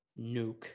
Nuke